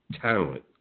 talent